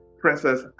princess